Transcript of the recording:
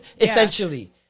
essentially